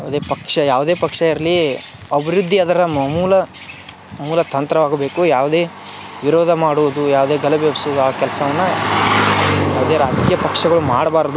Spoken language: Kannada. ಯಾವುದೇ ಪಕ್ಷ ಯಾವುದೇ ಪಕ್ಷ ಇರಲಿ ಅಭಿವೃದ್ಧಿ ಅದರ ಮ ಮೂಲ ಮೂಲ ತಂತ್ರವಾಗಬೇಕು ಯಾವುದೇ ವಿರೋಧ ಮಾಡುವುದು ಯಾವುದೇ ಗಲಭೆ ಎಬ್ಸುವುದು ಆ ಕೆಲಸವನ್ನ ಯಾವುದೇ ರಾಜಕೀಯ ಪಕ್ಷಗಳು ಮಾಡ್ಬಾರದು